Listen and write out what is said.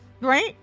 Right